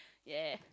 yeah